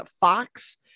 Fox